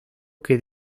que